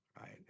right